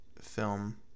film